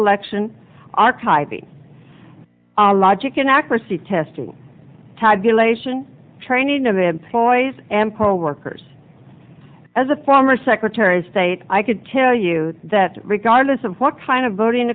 election archiving our logic and accuracy testing tabulation training of employees and coworkers as a former secretary of state i could tell you that regardless of what kind of voting